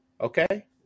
Okay